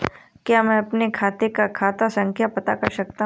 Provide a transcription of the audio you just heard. क्या मैं अपने खाते का खाता संख्या पता कर सकता हूँ?